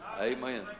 Amen